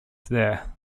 there